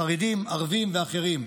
חרדים, ערבים ואחרים.